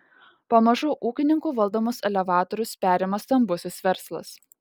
pamažu ūkininkų valdomus elevatorius perima stambusis verslas